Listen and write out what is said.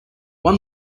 one